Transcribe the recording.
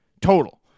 Total